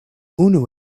unu